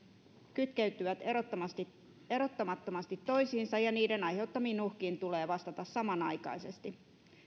kytkeytyvät erottamattomasti toisiinsa ja niiden aiheuttamiin uhkiin tulee vastata samanaikaisesti